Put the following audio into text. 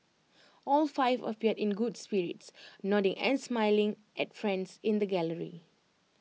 all five appeared in good spirits nodding and smiling at friends in the gallery